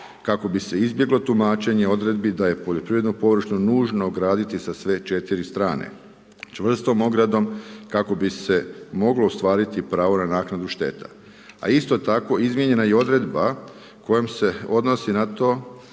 kako bi se izbjeglo tumačenje odredbi da je poljoprivredno površno nužno graditi sa sve 4 strane, čvrstom ogradom, kako bi se moglo ostvariti pravo na naknadu šteta. A isto tako izmijenjena je i odredba kojom se odnosi na to